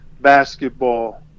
basketball